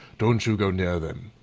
don't you go near them.